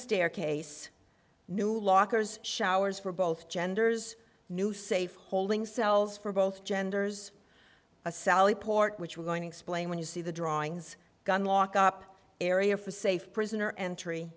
stair case new lockers showers for both genders new safe holding cells for both genders a sally port which we're going to explain when you see the drawings gunlock up area for safe prisoner